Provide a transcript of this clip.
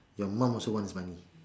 your mum also wants money